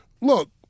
look